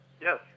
Yes